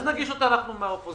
אז נגיש אותה אנחנו מהאופוזיציה.